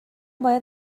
باید